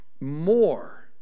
more